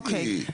אוקיי.